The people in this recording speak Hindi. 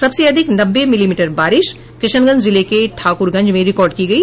सबसे अधिक नब्बे मिलीमीटर बारिश किशनगंज जिले के ठाकुरगंज में रिकॉर्ड की गयी